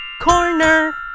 corner